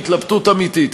והיא התלבטות אמיתית,